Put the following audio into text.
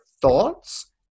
thoughts